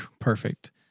Perfect